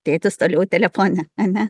tėtis toliau telefone ane